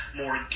more